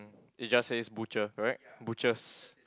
mm it just says butcher correct butchers